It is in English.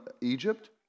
Egypt